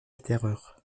terreur